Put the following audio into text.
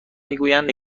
میگویند